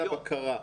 לעניין הבקרה.